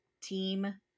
team